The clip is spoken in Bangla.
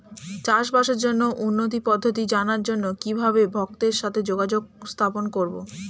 চাষবাসের জন্য উন্নতি পদ্ধতি জানার জন্য কিভাবে ভক্তের সাথে যোগাযোগ স্থাপন করব?